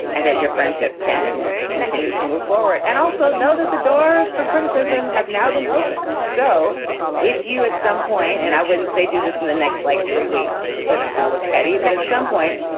and that your friendship can continue to move forward. and also know that the doors for criticism have now been opened. so if you at some point and i wouldn't say do this in the next like three weeks because it is going to look petty. but at some point,